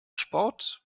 sport